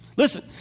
Listen